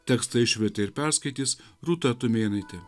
tekstą išvertė ir perskaitys rūta tumėnaitė